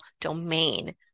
domain